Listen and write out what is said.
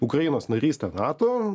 ukrainos narystė nato